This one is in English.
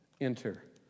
enter